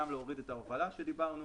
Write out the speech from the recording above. גם להוריד את ההובלה עליה דיברנו